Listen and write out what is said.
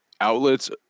outlets